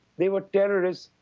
they were terrorists,